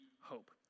hope